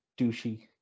Douchey